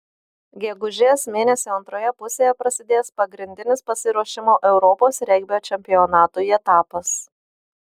gegužės mėnesio antroje pusėje prasidės pagrindinis pasiruošimo europos regbio čempionatui etapas